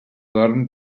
dorm